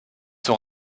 son